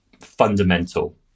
fundamental